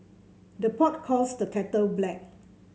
the pot calls the kettle black